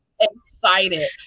excited